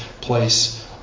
place